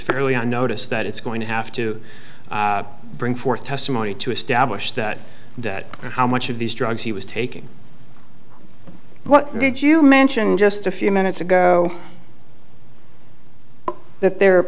fairly on notice that it's going to have to bring forth testimony to establish that that how much of these drugs he was taking what did you mention just a few minutes ago that there